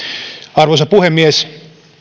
arvoisa puhemies